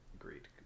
agreed